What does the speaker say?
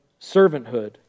servanthood